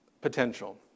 potential